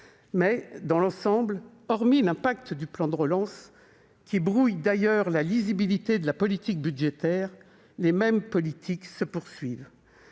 Or dans l'ensemble, hormis l'impact du plan de relance, qui brouille d'ailleurs la lisibilité de la politique budgétaire, les mêmes politiques se poursuivent.